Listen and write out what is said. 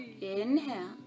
inhale